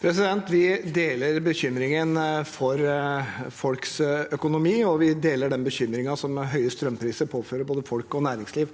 Vi deler be- kymringen for folks økonomi, og vi deler den bekymringen som høye strømpriser påfører både folk og næringsliv.